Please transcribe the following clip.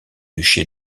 duché